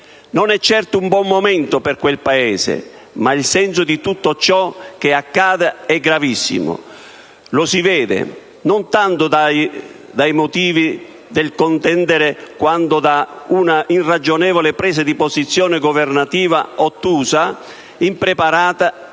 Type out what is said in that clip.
Non è certo un buon momento per quel Paese, ma il senso di tutto ciò che accade è gravissimo; lo si vede non tanto dai motivi del contendere, quanto da una irragionevole presa di posizione governativa, ottusa, impreparata